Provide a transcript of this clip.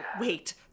Wait